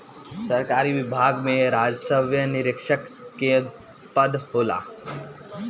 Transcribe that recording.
सरकारी विभाग में राजस्व निरीक्षक के पद होला